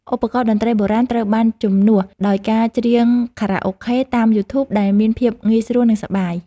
ឧបករណ៍តន្ត្រីបុរាណត្រូវបានជំនួសដោយការច្រៀងខារ៉ាអូខេតាមយូធូបដែលមានភាពងាយស្រួលនិងសប្បាយ។